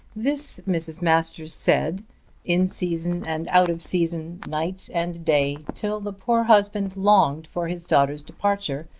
this mrs. masters said in season and out of season, night and day, till the poor husband longed for his daughter's departure,